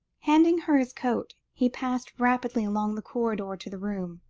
handing her his coat, he passed rapidly along the corridor to the room,